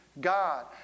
God